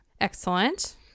Excellent